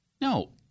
No